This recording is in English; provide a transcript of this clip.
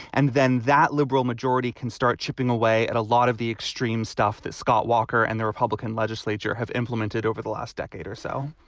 and then that liberal majority can start chipping away at a lot of the extreme stuff that scott walker and the republican legislature have implemented over the last decade or so.